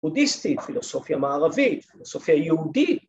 בודהיסטית, פילוסופיה מערבית, ‫פילוסופיה יהודית.